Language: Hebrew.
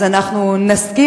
אז אנחנו נסכים,